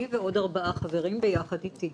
אני ועוד ארבעה חברים ביחד אתי.